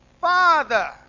Father